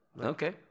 Okay